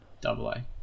double-A